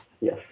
Yes